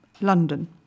London